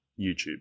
YouTube